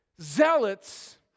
zealots